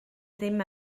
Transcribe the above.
ddim